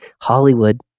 Hollywood